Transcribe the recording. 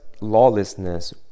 lawlessness